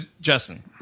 Justin